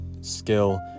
skill